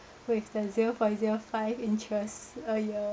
with the zero point zero five interest !aiyo!